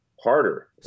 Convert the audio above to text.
harder